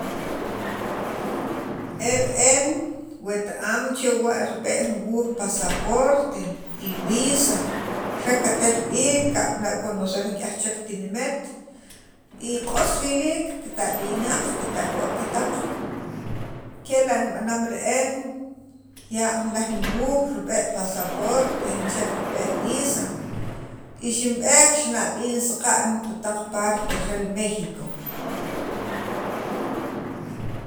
e re'en wet am che rib'e' jun wuuj pasaporte y visa re qatal b'iik re kab'ana' conocer nik'yaj chek tinimet y q'os riliik katab'inaq katawa'kataq kela' in b'anam re'en ya' naj niwuuy rib'e' pasaporte jun chek rib'e' visa y xinb'ek xinab'in saqa'n pi taq parte re Mexivo